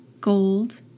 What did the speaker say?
gold